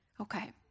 Okay